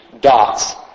dots